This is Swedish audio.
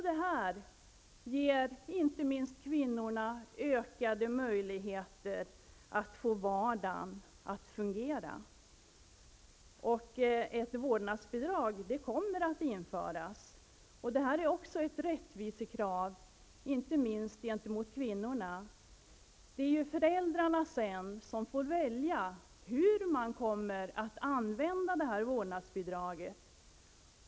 Detta ger inte minst kvinnorna ökade möjligheter att få vardagen att fungera. Ett vårdnadsbidrag kommer att införas. Det är ett rättvisekrav, inte minst gentemot kvinnorna. Föräldrarna får sedan välja hur de använder vårdnadsbidraget.